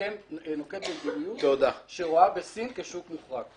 נוקט מדיניות שרואה בסין כשוק מוחרג.